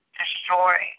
destroy